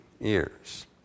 years